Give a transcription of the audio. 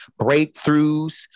breakthroughs